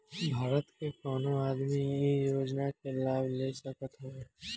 भारत के कवनो आदमी इ योजना के लाभ ले सकत हवे